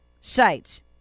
Sites